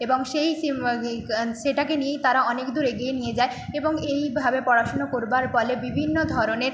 এবং সেই সিম সেটাকে নিয়েই তারা অনেক দূর এগিয়ে নিয়ে যায় এবং এইভাবে পড়াশোনা করবার ফলে বিভিন্ন ধরনের